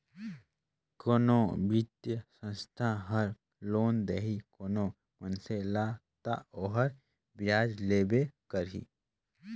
कोनो बित्तीय संस्था हर लोन देही कोनो मइनसे ल ता ओहर बियाज लेबे करही